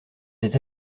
des